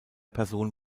person